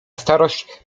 starość